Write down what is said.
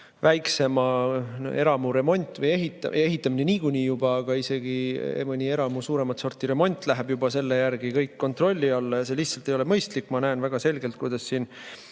väiksema eramu ehitamine niikuinii, aga isegi mõni eramu suuremat sorti remont läheb juba selle järgi kõik kontrolli alla, aga see lihtsalt ei ole mõistlik. Ma näen väga selgelt, kuidas siin